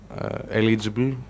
eligible